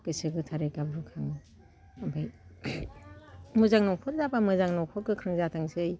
गोसो गोथारै गाबगु खाङो ओमफाय मोजां नफोर जाबा मोजां नखौ गोख्रों जाथोंसै